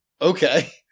Okay